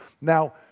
Now